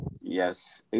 Yes